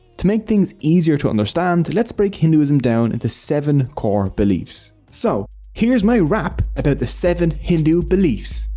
to make things easier to understand let's break hinduism down into seven core beliefs. so here's my rap about the seven hindu beliefs.